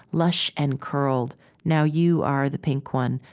lush and curled now you are the pink one,